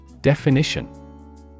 Definition